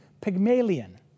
Pygmalion